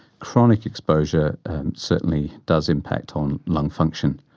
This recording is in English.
chronic exposure and certainly does impact on lung function.